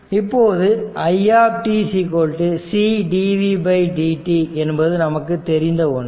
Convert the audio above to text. இப்போது i c dvdt என்பது நமக்கு தெரிந்த ஒன்றே